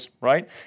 right